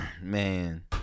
Man